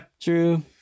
true